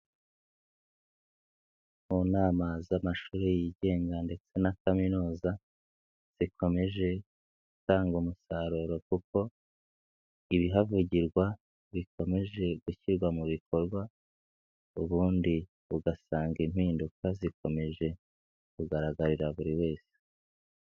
Mu nama z'amashuri yigenga ndetse na kaminuza, zikomeje gutanga umusaruro kuko ibihavugirwa bikomeje gushyirwa mu bikorwa, ubundi ugasanga impinduka zikomeje kugaragarira buri wese.